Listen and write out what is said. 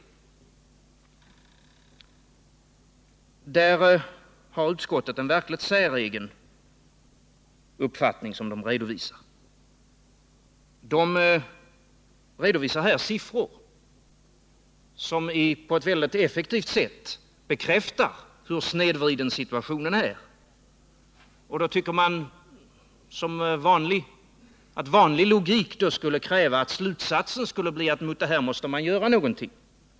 Där har utskottet en verkligt säregen uppfattning. Utskottet redovisar siffror, som på ett väldigt effektivt sätt bekräftar hur snedvriden situationen är. Då tycker jag att vanlig logik skulle kräva att slutsatsen skulle bli att mot det här måste man göra någonting.